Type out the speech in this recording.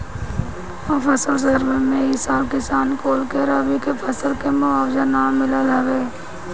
फसल सर्वे में ए साल किसान कुल के रबी के फसल के मुआवजा ना मिलल हवे